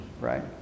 right